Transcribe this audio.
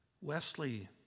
Wesley